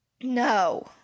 No